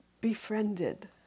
befriended